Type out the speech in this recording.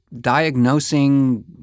diagnosing